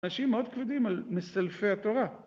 עונשים מאוד כבדים על מסלפי התורה.